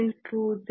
23 me